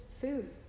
food